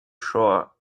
shore